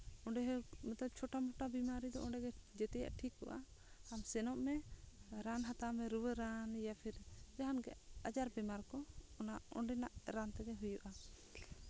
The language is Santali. ᱚᱸᱰᱮ ᱦᱚᱸ ᱢᱚᱛᱞᱚᱵ ᱪᱷᱳᱴᱟᱢᱚᱴᱟ ᱵᱤᱢᱟᱨᱤ ᱫᱚ ᱚᱸᱰᱮᱜᱮ ᱡᱮᱛᱮᱭᱟᱜ ᱴᱷᱤᱠᱚᱜᱼᱟ ᱟᱢ ᱥᱮᱱᱚᱜ ᱢᱮ ᱨᱟᱱ ᱦᱟᱛᱟᱣ ᱢᱮ ᱨᱩᱣᱟᱹ ᱨᱟᱱ ᱯᱷᱤᱨ ᱡᱟᱦᱟᱱᱟᱜ ᱟᱡᱟᱨ ᱵᱤᱢᱟᱨ ᱠᱚ ᱚᱸᱰᱮᱱᱟᱜ ᱨᱟᱱ ᱛᱮᱜᱮ ᱦᱩᱭᱩᱜᱼᱟ